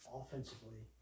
offensively